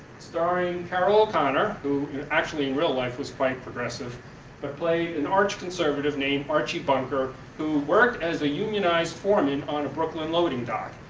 starring carol o'connor, who actually in real life was quite progressive but played an arched conservative named archie bunker who worked as a unionized foreman on brooklyn loading dock.